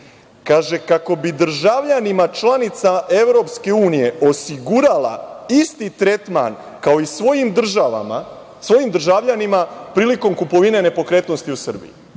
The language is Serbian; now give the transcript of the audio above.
Kaže – kako bi državljanima članica EU osigurala isti tretman kao i svojim državljanima prilikom kupovine nepokretnosti u Srbiji.